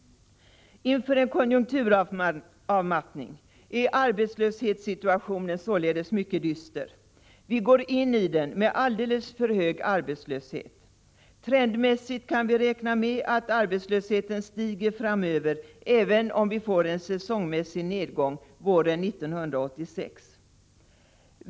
Inför en konjunkturavmattning är arbetslöshetssituationen således mycket dyster. Vi går in i den med alldeles för hög arbetslöshet. Trendmässigt kan vi räkna med att arbetslösheten stiger framöver även om vi får en säsongmässig nedgång våren 1986.